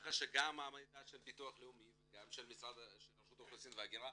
ככה שגם המידע של ביטוח לאומי וגם של רשות האוכלוסין וההגירה,